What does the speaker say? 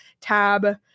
tab